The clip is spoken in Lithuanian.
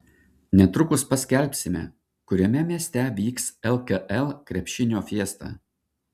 netrukus paskelbsime kuriame mieste vyks lkl krepšinio fiesta